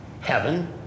Heaven